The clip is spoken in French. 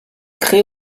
crée